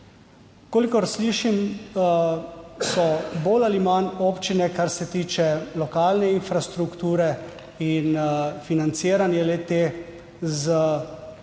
Kolikor slišim, so bolj ali manj občine kar se tiče lokalne infrastrukture in financiranje le te, u delom